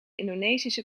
indonesische